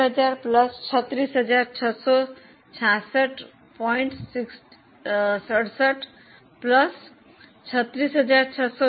નવી ચલિત ખર્ચ કુલ 275000 36666